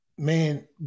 Man